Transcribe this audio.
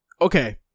okay